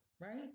right